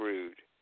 Rude